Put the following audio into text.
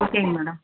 ஓகேங்க மேடம்